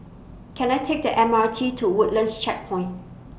Can I Take The M R T to Woodlands Checkpoint